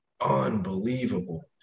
Unbelievable